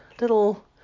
little